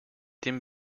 dem